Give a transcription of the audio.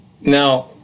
Now